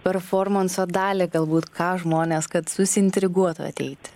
performanso dalį galbūt ką žmonės kad intriguotų ateiti